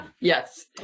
yes